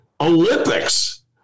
Olympics